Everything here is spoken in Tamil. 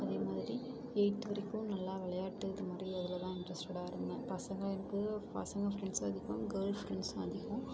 அதே மாதிரி எயித் வரைக்கும் நல்லா விளையாட்டு இது மாதிரி இதில் தான் இண்ட்ரெஸ்ட்டடாக இருந்தேன் பசங்கள் எனக்கு பசங்கள் ஃப்ரெண்ட்ஸும் அதிகம் கேர்ள் ஃப்ரெண்ட்ஸும் அதிகம்